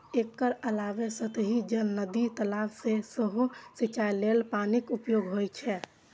एकर अलावे सतही जल, नदी, तालाब सं सेहो सिंचाइ लेल पानिक उपयोग होइ छै